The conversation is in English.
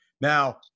Now